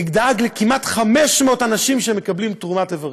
דאג לכמעט 500 אנשים שמקבלים תרומת כליות,